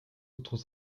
autres